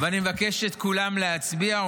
אני מבקש מכולם להצביע,